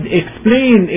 explain